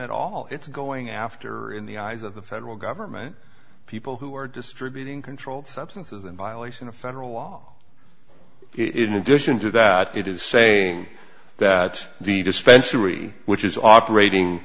at all it's going after in the eyes of the federal government people who are distributing controlled substances in violation of federal law it in addition to that it is saying that the dispensary which is operating